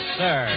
sir